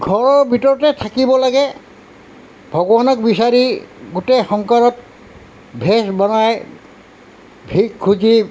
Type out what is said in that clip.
ঘৰৰ ভিতৰতে থাকিব লাগে ভগৱানক বিচাৰি গোটেই সংসাৰত ভেচ বনাই ভিক খুজি